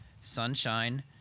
sunshine